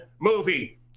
movie